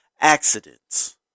accidents